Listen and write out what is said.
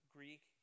Greek